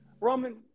Roman